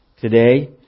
today